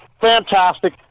fantastic